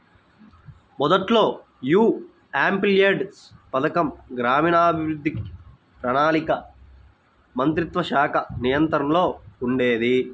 మొదట్లో యీ ఎంపీల్యాడ్స్ పథకం గ్రామీణాభివృద్ధి, ప్రణాళికా మంత్రిత్వశాఖ నియంత్రణలో ఉండేది